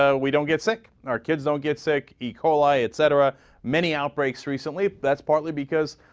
ah we don't get sick our kids don't get sick e coli et cetera many outbreaks recently that's partly because